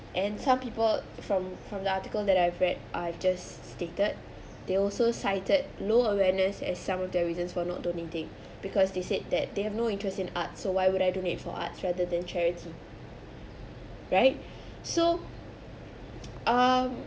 and some people from from the article that I've read I've just stated they also cited low awareness as some of their reasons for not donating because they said that they have no interest in art so why would I donate for arts rather than charity right so um